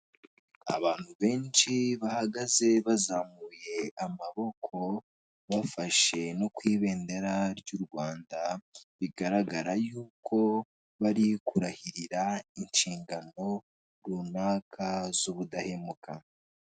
Abantu benshi bahagaze bazamuye amaboko bafashe no ku ibendera ry'u Rwanda bigaragara yuko bari kurahirira inshingano runaka z'ubudahemuka.